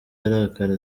arakara